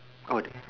oh the